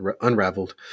unraveled